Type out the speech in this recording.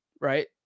right